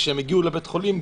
וכשהם הגיעו לבית חולים,